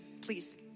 Please